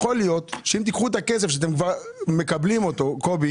יכול להיות שאם תיקחו את הכסף שאתם מקבלים קובי